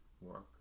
work